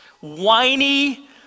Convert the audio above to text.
Whiny